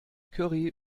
curry